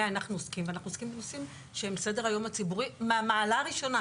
אנחנו עוסקים ואנחנו עוסקים בנושאים שהם בסדר היום הציבורי מהמעלה הראשונה,